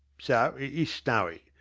so it is snowy.